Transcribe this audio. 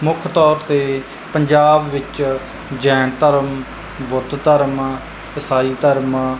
ਮੁੱਖ ਤੌਰ 'ਤੇ ਪੰਜਾਬ ਵਿੱਚ ਜੈਨ ਧਰਮ ਬੁੱਧ ਧਰਮ ਇਸਾਈ ਧਰਮ